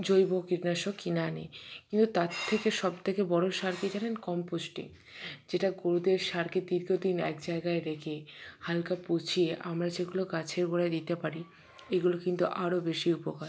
জৈব কীটনাশক কিনে আনি কিন্তু তার থেকে সব থেকে বড় সার কী জানেন কম্পোস্টিং যেটা গরুদের সারকে দীর্ঘদিন এক জায়গায় রেখে হালকা পচিয়ে আমরা যেগুলো গাছের গোড়ায় দিতে পারি এগুলো কিন্তু আরও বেশি উপকার